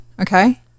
Okay